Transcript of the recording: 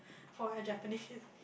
for a Japanese